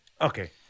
Okay